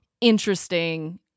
interesting